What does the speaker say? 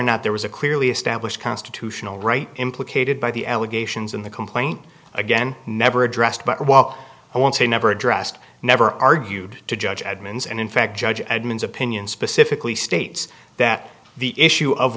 not there was a clearly established constitutional right implicated by the allegations in the complaint again never addressed but i won't say never addressed never argued to judge edmonds and in fact judge edmonds opinion specifically states that the issue of